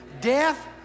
Death